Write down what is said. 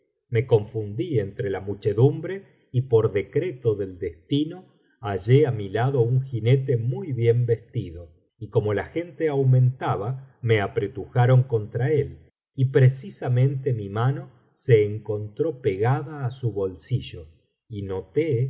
me confundí entre la muchedumbre y por decreto del destino hallé á mi lado un jinete muy bien vestido y como la gente aumentaba me apretujaron contra él y precisamente mi mano se encontró pegada á su bolsillo y noté